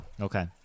Okay